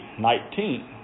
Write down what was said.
19